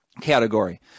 category